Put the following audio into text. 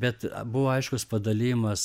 bet buvo aiškus padalijimas